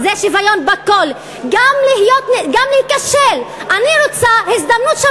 חברת הכנסת זועבי, דיברת סביב החוק וגם השבת.